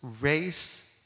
race